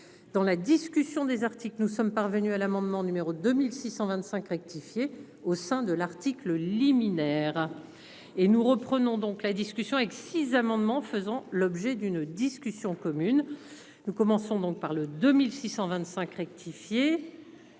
dans la discussion des articles nous sommes parvenus à l'amendement numéro 2625 rectifié au sein de l'Arctique. Le liminaire. Et nous reprenons donc la discussion avec 6 amendement faisant l'objet d'une discussion commune. Nous commençons donc par le 2625 rectifié.